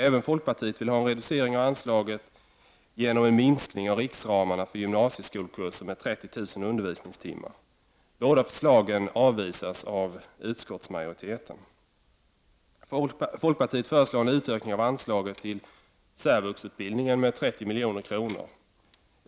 Även folkpartiet vill ha en reducering av anslaget genom en minskning av riksramarna för gymnasieskolkurser med 30 000 undervisningstimmar. Båda förslagen avvisas av utskottsmajoriteten. Folkpartiet föreslår en utökning av anslaget till särvuxutbildningen med 30 milj.kr.